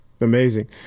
Amazing